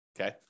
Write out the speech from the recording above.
okay